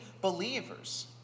believers